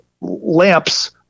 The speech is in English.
lamps